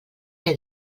que